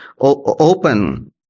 open